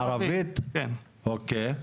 מערבית זה